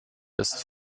ist